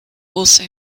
also